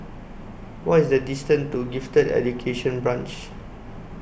What IS The distance to Gifted Education Branch